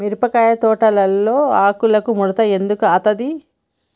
మిరపకాయ తోటలో ఆకు ముడత ఎందుకు అత్తది?